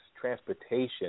Transportation